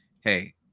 hey